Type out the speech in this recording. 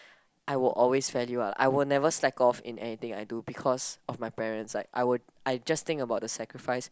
I will always value lah I will never slack off in anything I do because of my parents like I would I just think about the sacrifice